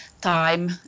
time